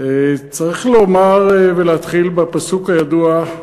צריך לומר ולהתחיל בפסוק הידוע,